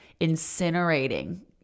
incinerating